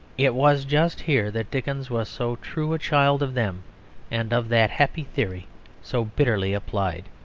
it was just here that dickens was so true a child of them and of that happy theory so bitterly applied.